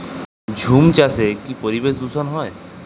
ঝুম চাষে কি পরিবেশ দূষন হয়?